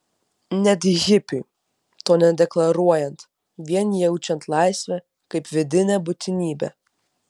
net hipiui to nedeklaruojant vien jaučiant laisvę kaip vidinę būtinybę